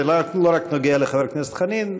זה לא נוגע רק לחבר הכנסת חנין,